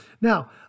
Now